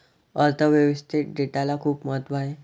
अर्थ व्यवस्थेत डेटाला खूप महत्त्व आहे